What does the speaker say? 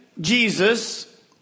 Jesus